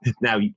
now